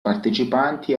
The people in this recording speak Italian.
partecipanti